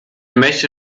möchte